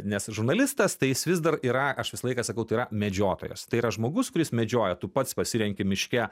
nes žurnalistas tai jis vis dar yra aš visą laiką sakau tai yra medžiotojas tai yra žmogus kuris medžioja tu pats pasirenki miške